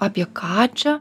apie ką čia